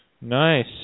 Nice